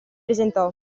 presentò